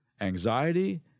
anxiety